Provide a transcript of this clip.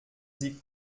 sie